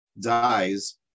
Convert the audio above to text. dies